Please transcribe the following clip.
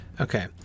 Okay